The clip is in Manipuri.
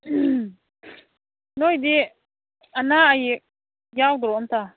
ꯅꯣꯏꯗꯤ ꯑꯅꯥ ꯑꯌꯦꯛ ꯌꯥꯎꯗ꯭ꯔꯣ ꯑꯝꯇ